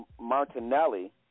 Martinelli